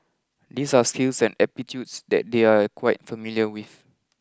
these are skills and that they are quite familiar with